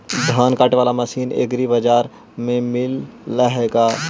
धान काटे बाला मशीन एग्रीबाजार पर मिल है का?